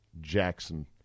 Jackson